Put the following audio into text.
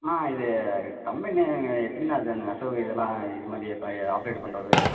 அண்ணா இது கம்பெனி எப்படிண்ணா இது நெசவு இதெல்லாம் இது மாதிரி இப்பை ஆப்பரேட்டு பண்ணுறது